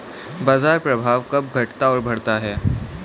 बाजार प्रभाव कब घटता और बढ़ता है?